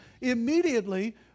Immediately